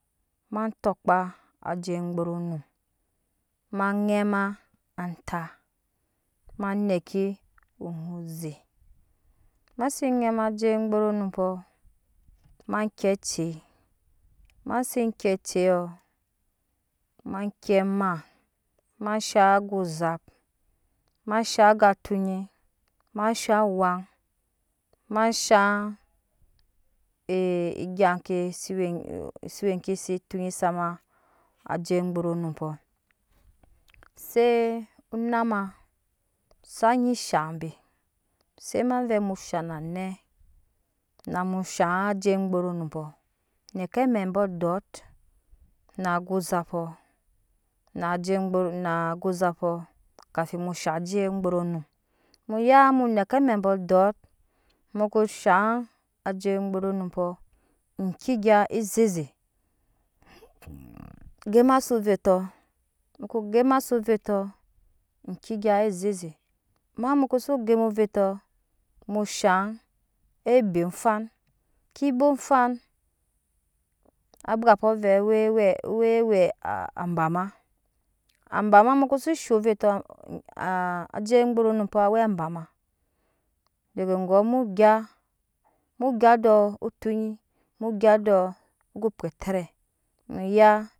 Ma tokpa ajei gburu num ma ŋema anta ma neki onyi oze mase ŋɛma ajei gburunum pɔɔ ma kiɛ acei ma se kiɛ aceiyo ma kiɛ ma mashaŋ aga ozap ma shaŋ aga tonyi ma shaŋ awan ma shan egya kke si we si we ke se tonyi sama azei gburunum pɔɔ se onama sa nyi shaŋ be se ma vɛ mu shaŋ na nɛ na mu shaŋ ajeu gburunum po ne kɛ amei bɔ dot na agoo zapɔ na jei gbu na ago zapɔ kafi mushaŋ ajei gburnum muya mu neke ame bɔ dɔt muko shaŋ ajei gbirinumpɔ enje gya ezeze gema sit ovetɔ muko gema sit ovetɔ enke gya ezeze amma muko ze gema sit ovetɔ mushaŋ ebe ofan ki be. ofaŋ abwapɔ vɛɛ we vɛɛ we ebama aboma muko si zhoo ovetɔ a ajei gburunum pɔ we abama dege gɔɔ mu gya mu gya ɗɔ etonyi mu gya dɔɔ ego pwɛterɛ mu ya